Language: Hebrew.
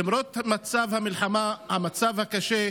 למרות מצב המלחמה, המצב הקשה,